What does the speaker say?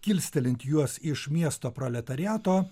kilstelint juos iš miesto proletariato